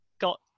got